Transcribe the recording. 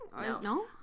No